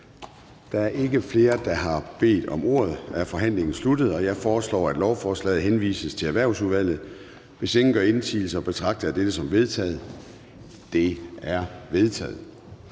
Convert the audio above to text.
Der er ikke flere, der har bedt om ordet, og forhandlingen er sluttet. Jeg foreslår, at lovforslaget henvises til Transportudvalget. Hvis ingen gør indsigelse, betragter jeg det som vedtaget. Det er vedtaget.